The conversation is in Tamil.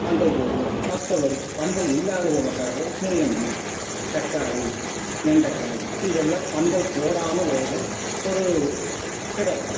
பந்தல் போடுவோம் மற்றபடிக்கு பந்தல் இல்லாத விவசாயம் முள்ளங்கி தக்காளி வெண்டக்காய் இதெல்லாம் பந்தல் போடாமல் விளையிற ஒரு இடம்